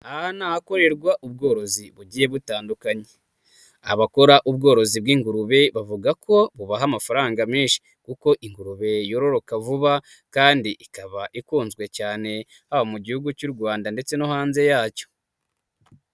Aha ni ahakorerwa ubworozi bugiye butandukanye, abakora ubworozi bw'ingurube bavuga ko bubaha amafaranga menshi, kuko ingurube yororoka vuba kandi ikaba ikunzwe cyane, haba mu gihugu cy'u Rwanda ndetse no hanze yacyo.